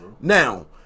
Now